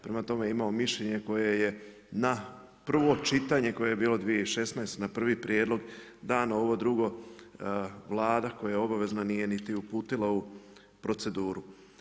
Prema tome, imao mišljenja koje je na prvo čitanje, koje je bilo 2016. na prvi prijedlog dano ovo drugo, Vlada koja je obavezna nije niti uputila ovo u proceduru.